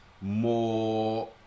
more